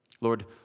Lord